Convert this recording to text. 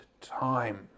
time